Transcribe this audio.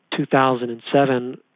2007